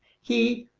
he.